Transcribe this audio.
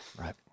Right